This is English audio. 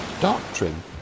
doctrine